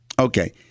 Okay